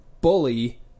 bully